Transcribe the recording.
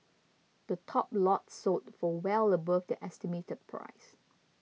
the top lots sold for well above their estimated price